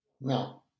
No